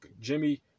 Jimmy